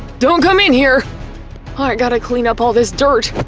don't come in here! ah i gotta clean up all this dirt!